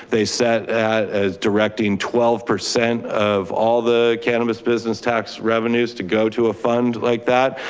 they set that as directing twelve percent of all the cannabis business tax revenues to go to a fund like that.